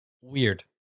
weird